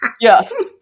Yes